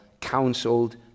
counseled